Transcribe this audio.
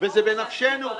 וזה בנפשנו.